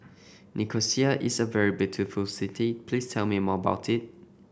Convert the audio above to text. Nicosia is a very beautiful city please tell me more about it